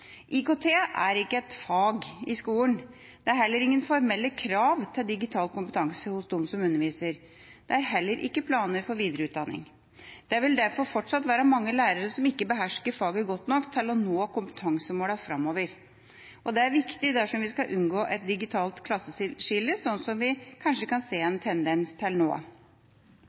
IKT er ikke et fag i skolen. Det er ingen formelle krav til digital kompetanse hos dem som underviser. Det er heller ikke planer for videreutdanning. Det vil derfor fortsatt være mange lærere som ikke behersker faget godt nok til å nå kompetansemålene framover. Dette er viktig dersom vi skal unngå et digitalt klasseskille, som vi kanskje kan se en